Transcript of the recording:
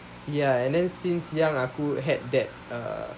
ya and then since young aku had that uh